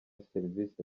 service